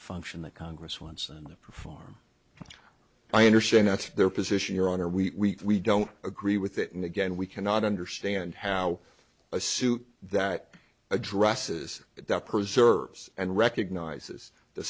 function that congress wants and perform i understand that's their position your honor we don't agree with it and again we cannot understand how a suit that addresses that preserves and recognizes the